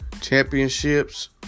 championships